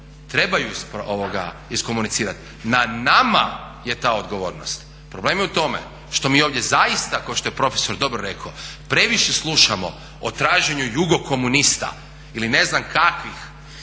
Treba ju iskomunicirati. Na nama je ta odgovornost. Problem je u tome što mi ovdje zaista kao što je profesor dobro rekao previše slušamo o traženju jugokomunista ili ne znam kakvih